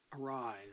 arise